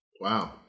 Wow